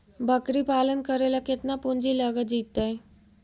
बकरी पालन करे ल केतना पुंजी लग जितै?